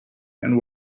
and